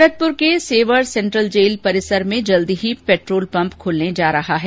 भरतपुर के Sewar central jail परिसर में जल्दी ही पेट्रोल पंप खुलने जा रहा है